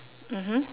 mmhmm